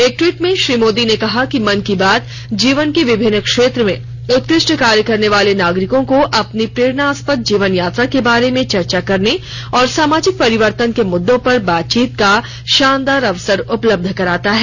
एक ट्वीट में श्री मोदी ने कहा कि मन की बात जीवन के विभिन्न क्षेत्र में उत्कृष्ट कार्य करने वाले नागरिकों को अपनी प्रेरणास्पद जीवन यात्रा के बारे में चर्चा करने और सामाजिक परिवर्तन के मुद्दों पर बातचीत का शानदार अवसर उपलब्ध कराता है